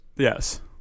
Yes